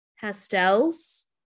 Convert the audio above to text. pastels